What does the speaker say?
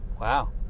wow